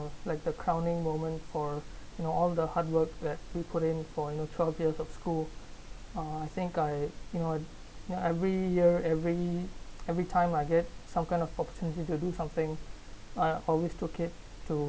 like the crowning moment for all the hard work that we put in for your twelve years of school uh I think I you know you know every year every every time I get some kind of opportunity to do something I always took it too